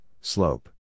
Slope